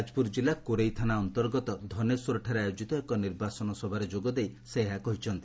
ଯାକପୁର ଜିଲ୍ଲା କୋରେଇ ଥାନା ଅନ୍ତର୍ଗତ ଧନେଶ୍ୱରଠାରେ ଆୟୋଜିତ ଏକ ନିର୍ବାଚନ ସଭାରେ ଯୋଗ ଦେଇ ସେ ଏହା କହିଛନ୍ତି